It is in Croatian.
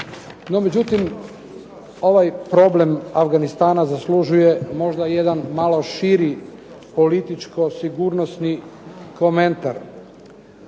međutim, ovaj problem Afganistana zaslužuje jedan možda malo širi političko-sigurnosni komentar.